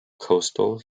coastal